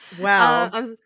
Wow